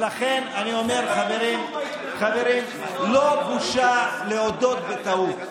ולכן אני אומר, חברים, לא בושה להודות בטעות.